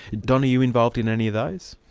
don, are you involved in any of those?